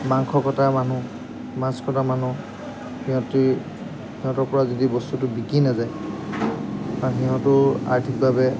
মাংসকটা মানুহ মাছকটা মানুহ সিহঁতৰ যদি বস্তুটো বিকি নাযায় সিহঁতো আৰ্থিকভাৱে